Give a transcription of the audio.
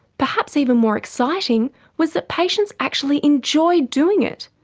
perhaps even more exciting was that patients actually enjoyed doing it.